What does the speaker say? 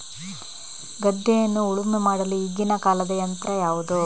ಗದ್ದೆಯನ್ನು ಉಳುಮೆ ಮಾಡಲು ಈಗಿನ ಕಾಲದ ಯಂತ್ರ ಯಾವುದು?